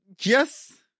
yes